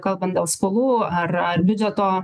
kalbant dėl skolų ar ar biudžeto